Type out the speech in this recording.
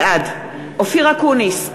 בעד אופיר אקוניס,